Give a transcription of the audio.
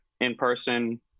in-person